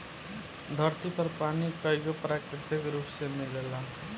धरती पर पानी कईगो प्राकृतिक रूप में मिलेला